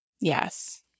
Yes